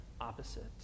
opposite